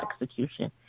Execution